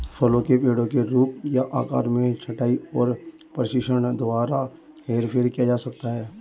फलों के पेड़ों के रूप या आकार में छंटाई और प्रशिक्षण द्वारा हेरफेर किया जा सकता है